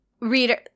reader